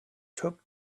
took